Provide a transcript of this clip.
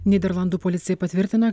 nyderlandų policija patvirtina